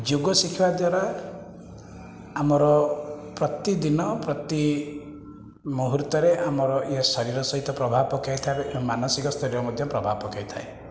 ଯୋଗ ଶିଖିବା ଦ୍ଵାରା ଆମର ପ୍ରତିଦିନ ପ୍ରତି ମୂହୁର୍ତ୍ତରେ ଆମର ଇହ ଶରୀର ସହିତ ପ୍ରଭାବ ପକାଇଥାଏ ଏବଂ ଏହି ମାନସିକ ସ୍ତରରେ ମଧ୍ୟ ପ୍ରଭାବ ପକାଇଥାଏ